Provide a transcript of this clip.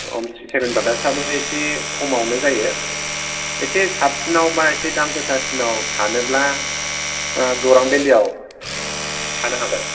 अमस्रि सेबेन ब्रादारसआबो एसे खमावनो जायो एसे साबसिनआवबा एसे दाम गोसासिनाव थानोब्ला गौरां भेलिआव थानो हागोन